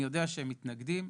אני יודע שהם מתנגדים.